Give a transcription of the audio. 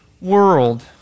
world